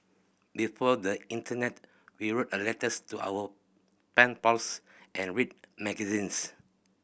before the internet we wrote a letters to our pen pals and read magazines